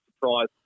surprise